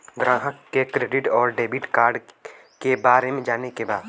ग्राहक के credit card और डेविड कार्ड के बारे में जाने के बा?